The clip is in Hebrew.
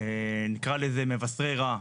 נקרא לזה מבשרי רעה.